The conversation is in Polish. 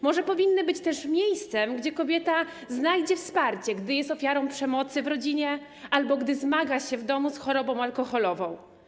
Może powinny być też miejscem, gdzie kobieta znajdzie wsparcie, gdy jest ofiarą przemocy w rodzinie albo gdy zmaga się w domu z chorobą alkoholową.